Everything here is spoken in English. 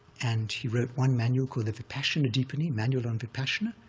and he wrote one manual called the vipassana dipani, manual on vipassana,